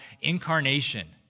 incarnation